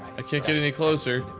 can't get any closer.